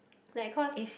like cause